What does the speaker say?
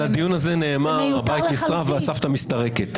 על הדיון הזה נאמר: הבית נשרף והסבתא מסתרקת.